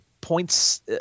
points